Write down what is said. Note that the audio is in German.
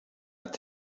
hat